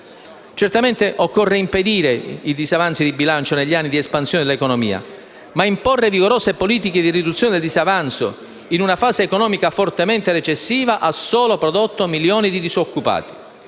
Certamente, occorre impedire i disavanzi di bilancio negli anni di espansione dell'economia, ma imporre vigorose politiche di riduzione del disavanzo, in una fase economica fortemente recessiva, ha solo prodotto milioni di disoccupati.